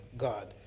God